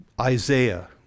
Isaiah